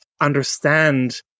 understand